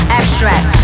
abstract